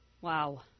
Wow